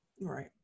right